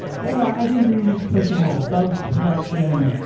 yeah, i think we were just pushing a lot of bugs to production.